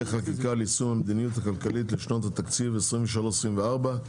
חקיקה ליישום המדיניות הכלכלית לשנות התקציב 2023 ו-2024),